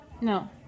No